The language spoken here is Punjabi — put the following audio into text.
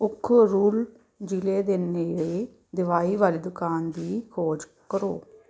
ਉਖਰੁਲ ਜ਼ਿਲ੍ਹੇ ਦੇ ਨੇੜੇ ਦਵਾਈ ਵਾਲੀ ਦੁਕਾਨ ਦੀ ਖੋਜ ਕਰੋ